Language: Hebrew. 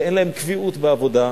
שאין להם קביעות בעבודה,